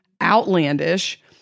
Outlandish